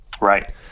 right